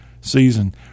season